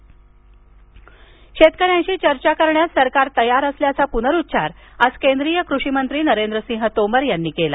नरेंद्रसिंह तोमर शेतकऱ्यांशी चर्चा करण्यास सरकार तयार असल्याचा पुनरुच्चार आज केंद्रीय कृषिमंत्री नरेंद्रसिंह तोमर यांनी केला